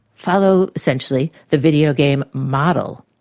follow essentially the video game model,